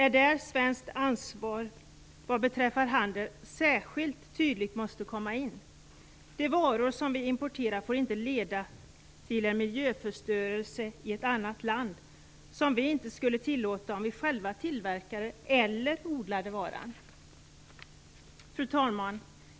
Här måste Sverige ta ett särskilt tydligt ansvar vad beträffar handel. De varor som vi importerar får inte leda till en miljöförstörelse i ett annat land, som vi inte skulle tillåta om vi själva tillverkade eller odlade varan. Fru talman!